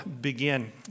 begin